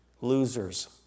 losers